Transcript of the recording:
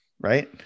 right